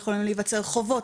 עלולים להיווצר חובות.